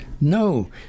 No